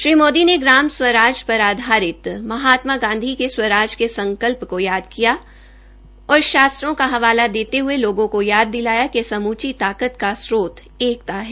श्री मोदी ने ग्राम स्वाराज पर आधारित महात्मा गांधी के स्वराज के संकल्प को याद किया और शास्त्रों का हवाला देते हये लोगों को याद दिलाया कि समूची ताकत का स्त्रोत एकता है